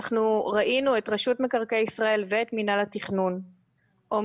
ראינו את רשות מקרקעי ישראל ואת מינהל התכנון עומדים